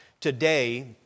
today